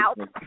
out